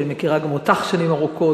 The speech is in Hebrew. שאני מכירה גם אותך שנים ארוכות,